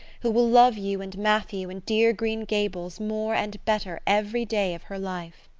who will love you and matthew and dear green gables more and better every day of her life.